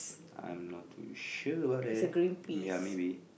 I'm not too sure about that ya maybe